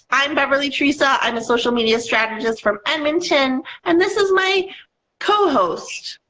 i'm beverley theresa i'm a social media strategist from edmonton and this is my co-host.